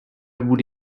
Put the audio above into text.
boule